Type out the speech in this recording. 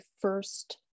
first